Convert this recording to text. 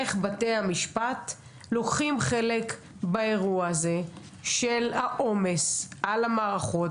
איך בתי המשפט לוקחים חלק באירוע הזה של העומס על המערכות,